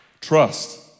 trust